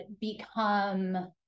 become